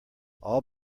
all